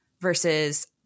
versus